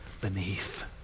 beneath